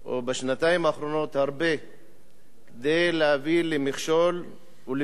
האחרונות הרבה כדי להביא למכשול ולבניית גבול,